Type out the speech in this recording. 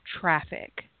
traffic